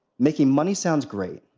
making money sounds great.